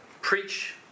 preach